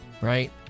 right